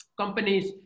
companies